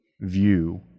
view